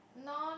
non